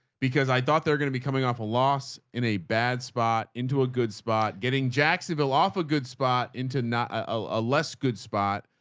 because i thought they were going to be coming off a loss in a bad spot, into a good spot, getting jacksonville off a good spot into not a less good spot.